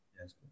Yes